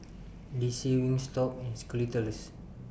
D C Wingstop and Skittles